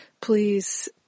Please